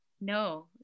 No